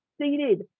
seated